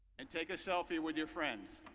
and take a selfie with your friends.